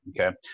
okay